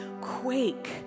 quake